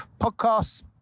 podcasts